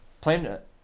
Planet